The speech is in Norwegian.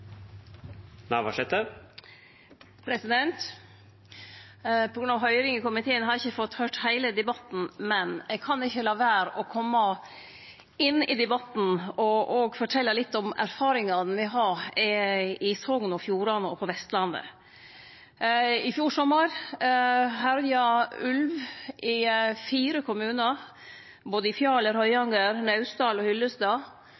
i komiteen har eg ikkje fått med meg heile debatten, men eg kan ikkje la vere å kome inn i debatten og fortelje litt om erfaringane me har i Sogn og Fjordane og på Vestlandet. I fjor sommar herja ulv i fire kommunar, i både Fjaler, Høyanger, Naustdal og Hyllestad.